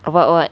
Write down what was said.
about what